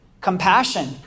Compassion